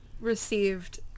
received